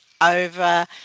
over